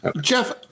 Jeff